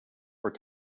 were